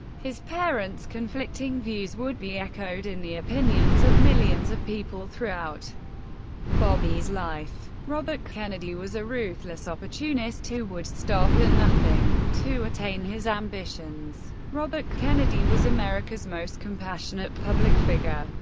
his parents' conflicting views would be echoed in the opinions of millions of people throughout bobby's life. robert kennedy was a ruthless opportunist who would stop at nothing to attain his ambitions. robert kennedy was america's most compassionate public figure,